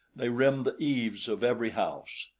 they rimmed the eaves of every house,